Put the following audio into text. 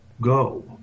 go